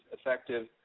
effective